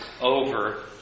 over